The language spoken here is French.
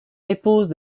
épouse